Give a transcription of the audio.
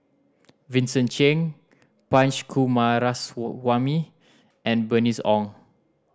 Vincent Cheng Punch Coomaraswamy and Bernice Ong